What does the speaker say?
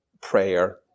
prayer